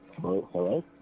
Hello